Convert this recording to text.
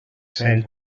cents